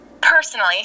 Personally